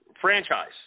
franchise